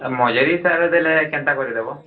ମଜୁରି ସାର୍ ଦେଲେ କେମିତି କରିବ